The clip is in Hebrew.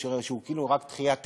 שהוא כאילו רק דחייה טכנית,